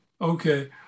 Okay